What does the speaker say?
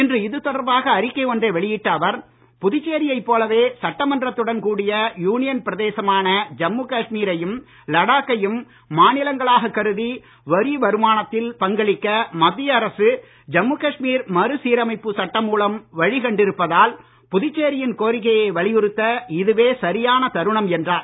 இன்று இதுதொடர்பாக அறிக்கை ஒன்றை வெளியிட்ட அவர் புதுச்சேரியைப் போலவே சட்டமன்றத்துடன் கூடிய யூனியன் பிரதேசமான ஜம்மு காஷ்மீரையும் லடாக்கையும் மாநிலங்களாக கருதி வரி வருமானத்தில் பங்களிக்க மத்திய அரசு ஜம்மு காஷ்மீர் மறுசீரமைப்பு சட்டம் மூலம் வழி கண்டிருப்பதால் புதுச்சேரியின் கோரிக்கையை வலியுறுத்த இதுவே சரியான தருணம் என்றார்